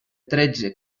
tretze